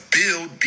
build